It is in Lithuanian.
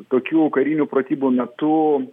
tokių karinių pratybų metu